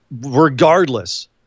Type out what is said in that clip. regardless